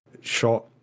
shot